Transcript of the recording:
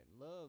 Love